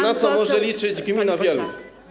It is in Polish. Na co może liczyć gmina Wieluń?